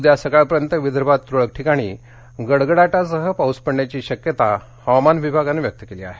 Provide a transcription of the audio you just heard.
उद्या सकाळपर्यंत विदर्भात तरळक ठिकाणी गडगडाटासह पाऊस पडण्याची शक्यता हवामान विभागानं व्यक्त केली आहे